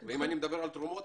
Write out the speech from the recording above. אם אני מדבר על תרומות,